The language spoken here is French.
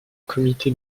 comité